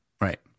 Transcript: Right